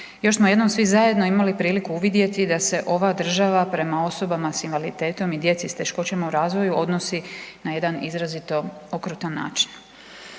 Još smo jednom svi zajedno imali priliku uvidjeti da se ova država prema osobama s invaliditetom i djeci s teškoćama u razvoju odnosi na jedan izrazito okrutan način.